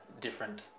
different